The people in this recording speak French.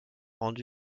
rendu